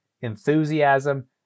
enthusiasm